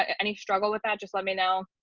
any struggle with that just let me know.